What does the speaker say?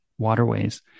Waterways